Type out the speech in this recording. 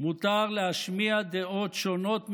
מותר להשמיע דעות שונות משלכם.